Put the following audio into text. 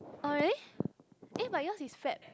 oh really eh but yours is Feb